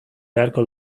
beharko